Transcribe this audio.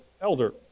elder